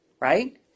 Right